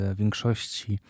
większości